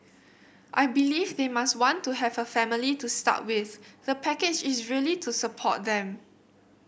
I believe they must want to have a family to start with the package is really to support them